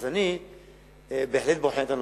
אז אני בהחלט בוחן את הנושא.